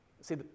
See